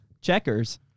Checkers